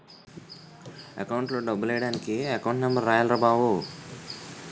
అకౌంట్లో డబ్బులెయ్యడానికి account number రాయాల్రా బావో